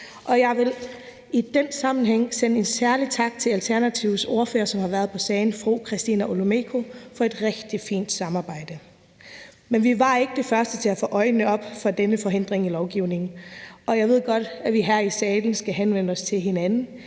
Jeg vil i den sammenhæng sende en særlig tak til Alternativets ordfører, som har været på sagen, fru Christina Olumeko, for et rigtig fint samarbejde. Men vi var ikke de første til at få øjnene op for denne forhindring i lovgivningen, og jeg ved godt, at vi her i salen skal henvende os til hinanden,